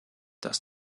dass